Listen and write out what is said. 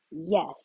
Yes